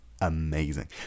amazing